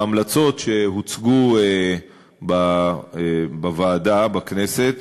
בהמלצות שהוצגו בוועדה, בכנסת,